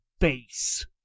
face